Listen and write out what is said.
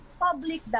Public